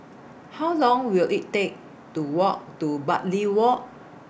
How Long Will IT Take to Walk to Bartley Walk